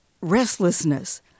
restlessness